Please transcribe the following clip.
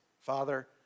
Father